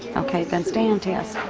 okay. then stay on task,